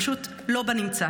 פשוט לא בנמצא.